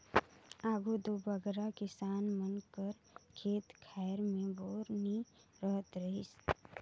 आघु दो बगरा किसान मन कर खेत खाएर मे बोर नी रहत रहिस